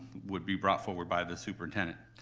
would be brought forward by the superintendent.